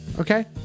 Okay